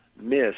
miss